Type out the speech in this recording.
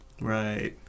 Right